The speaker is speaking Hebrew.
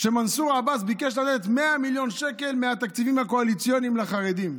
שמנסור עבאס ביקש לתת 100 מיליון שקל מהתקציבים הקואליציוניים לחרדים.